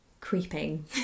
creeping